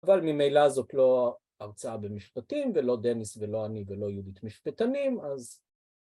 אבל ממילא זאת לא הרצאה במשפטים ולא דניס ולא אני ולא יהודית משפטנים אז